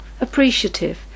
appreciative